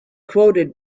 quoted